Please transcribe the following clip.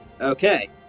Okay